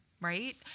right